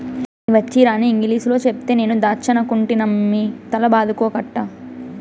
నీ వచ్చీరాని ఇంగిలీసులో చెప్తే నేను దాచ్చనుకుంటినమ్మి తల బాదుకోకట్టా